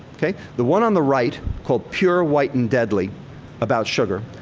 the one on the right, called pure, white and deadly about sugar,